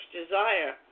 desire